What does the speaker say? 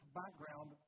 background